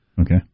Okay